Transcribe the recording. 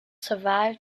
survived